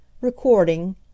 Recording